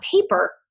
paper